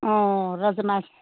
ꯑꯣ ꯔꯥꯖꯃꯥꯁꯦ